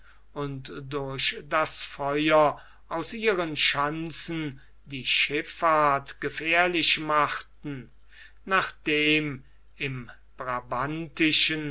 und durch das feuer aus ihren schanzen die schifffahrt gefährlich machten nachdem im